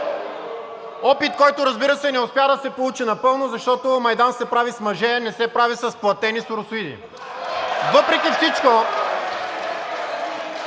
опит, който, разбира се, не успя да се получи напълно, защото Майдан се прави с мъже, а не се прави с платени соросоиди (Ръкопляскания